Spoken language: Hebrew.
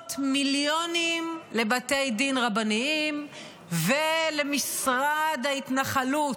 מאות מיליונים לבתי דין רבניים ולמשרד ההתנחלות.